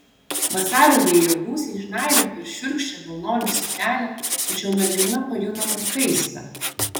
vasario vėjo gūsiai žnaibė per šiurkščią vilnonę suknelę tačiau mergina pajuto kad kaista